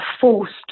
forced